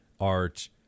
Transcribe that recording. art